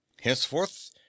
Henceforth